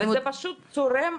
וזה פשוט צורם.